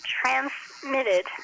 transmitted